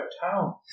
town